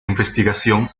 investigación